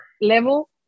level